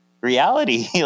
reality